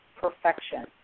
perfection